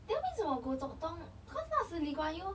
then 为什么 goh chok tong because 那时 lee kuan yew